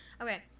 Okay